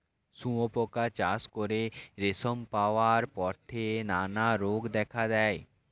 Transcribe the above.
শুঁয়োপোকা চাষ করে রেশম পাওয়ার পথে নানা রোগ দেখা দেয়